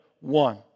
One